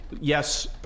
yes